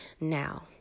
Now